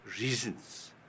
reasons